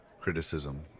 criticism